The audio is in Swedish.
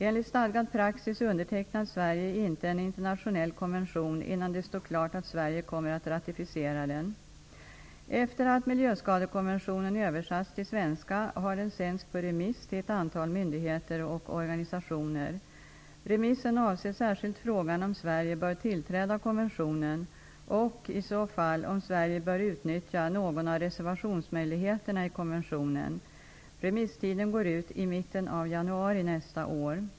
Enligt stadgad praxis undertecknar Sverige inte en internationell konvention innan det står klart att Sverige kommer att ratificera den. Efter att miljöskadekonventionen översatts till svenska har den sänts på remiss till ett antal myndigheter och organisationer. Remissen avser särskilt frågan om Sverige bör tillträda konventionen och, i så fall om Sverige bör utnyttja någon av reservationsmöjligheterna i konventionen. Remisstiden går ut i mitten av januari nästa år.